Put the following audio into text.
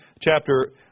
chapter